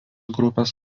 grupės